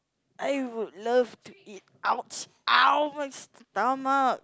I would love to eat !ouch! !ouch! my stomach